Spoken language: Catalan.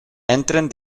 entren